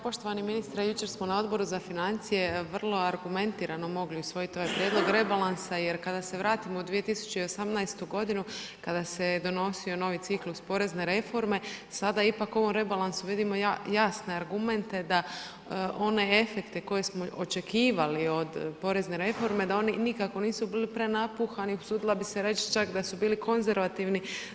Poštovani ministre jučer smo na Odboru za financije vrlo argumentirano mogli usvojiti ovaj prijedlog rebalansa jer kada se vratimo u 2018. godinu kada se je donosio novi ciklus porezne reforme sada ipak u ovom rebalansu vidimo jasne argumente da one efekte koje smo očekivali od porezne reforme da oni nikako nisu bili prenapuhani, usudila bih se reći čak da su bili konzervativni.